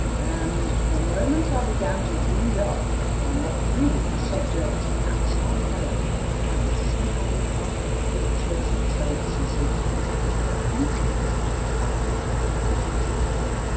and the moment i began to read up on what was really a subject outside of my own i could see how many other features and traits and symptoms that accompany these kind of childhood conditions, let's call them,